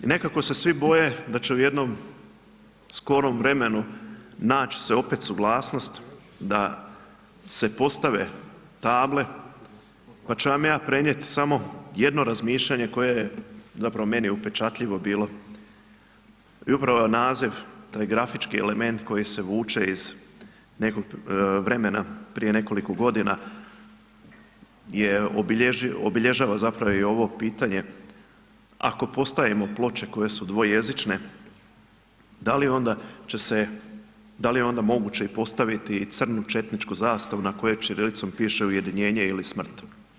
I nekako se svi boje da će u jednom skorom vremenu nać se opet suglasnost da se postave table, pa ću vam ja prenijet samo jedno razmišljanje koje je zapravo meni upečatljivo bilo i upravo naziv, taj grafički element koji se vuče iz nekog vremena prije nekoliko godina je obiljež, obilježava zapravo i ovo pitanje ako postavimo ploče koje su dvojezične da li onda će se, da li je onda moguće i postaviti i crnu četničku zastavu na kojoj ćirilicom piše „Ujedinjenje“ ili „Smrt“